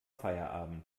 feierabend